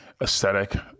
aesthetic